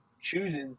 chooses